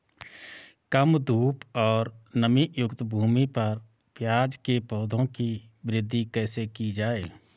कम धूप और नमीयुक्त भूमि पर प्याज़ के पौधों की वृद्धि कैसे की जाए?